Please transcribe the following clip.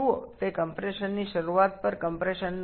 দেখুন এটি সংকোচনের শুরুতে সংকোচনের সমাপ্তি